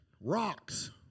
rocks